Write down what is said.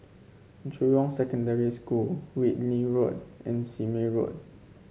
Jurong Secondary School Whitley Road and Sime Road